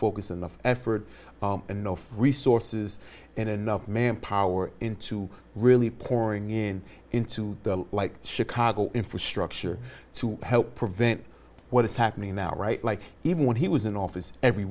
focus enough effort and no resources and enough manpower into really pouring in into the like chicago infrastructure to help prevent what is happening now right like even when he was in office every